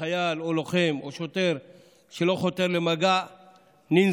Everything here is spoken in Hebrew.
וחייל או לוחם או שוטר שלא חותר למגע ננזף,